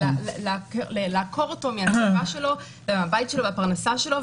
זה לעקור אותו מהסביבה שלו ומהבית שלו ומהפרנסה שלו.